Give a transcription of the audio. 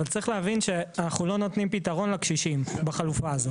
אבל צריך להבין שאנחנו לא נותנים פתרון לקשישים בחלופה הזו.